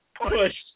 push